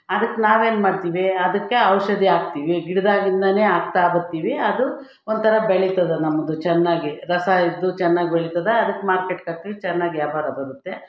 ಅದಕ್ಕೆ ನಾವೇನ್ಮಾಡ್ತೀವಿ ಅದಕ್ಕೆ ಔಷಧಿ ಹಾಕ್ತೀವಿ ಗಿಡದಾಗಿಂದನೇ ಹಾಕ್ತಾ ಬರ್ತೀವಿ ಅದು ಒಂಥರಾ ಬೆಳೀತದ ನಮ್ಮದು ಚೆನ್ನಾಗಿ ರಸ ಇದ್ದು ಚೆನ್ನಾಗಿ ಬೆಳೀತದಾ ಅದಕ್ಕೆ ಮಾರ್ಕೆಟ್ಗೆ ಹಾಕ್ದ್ರೆ ಚೆನ್ನಾಗಿ ವ್ಯಾಪಾರ ಬರುತ್ತೆ